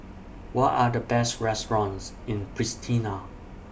What Are The Best restaurants in Pristina